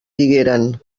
digueren